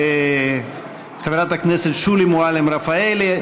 חברת הכנסת שולי מועלם-רפאלי,